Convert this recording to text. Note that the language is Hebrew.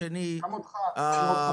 גם אותך.